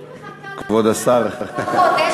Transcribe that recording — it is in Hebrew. אני מחכה למכרז הזה, חמש דקות,